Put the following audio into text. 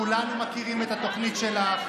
כולנו מכירים את התוכנית שלך.